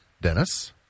Dennis